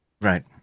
Right